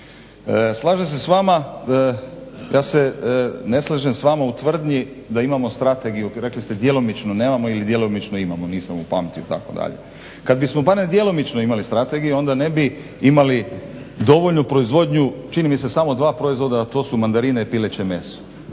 Slažem se s vama, ja se ne slažem s vama u tvrdnji da imamo strategiju, rekli ste djelomično nemamo ili djelomično imamo, nisam upamtio. Kad bismo barem djelomično imali strategiju onda ne bi imali dovoljnu proizvodnju čini mi se samo dva proizvoda, a to su mandarine i pileće meso.